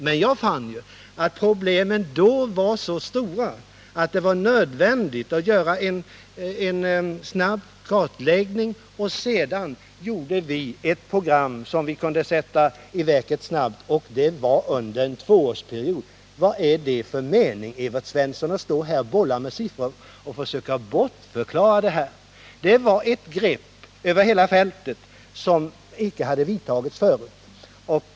Men jag fann att problemen då var så stora att det var nödvändigt att göra en snabb kartläggning. Sedan utformade vi ett program som vi kunde sätta i verket mycket snabbt. Det hände under en tvåårsperiod. Vad är det, Evert Svensson, för mening med att stå här och bolla med siffror och försöka komma med bortförklaringar? Vårt program innebar ett grepp över hela fältet — åtgärder som icke hade vidtagits förut.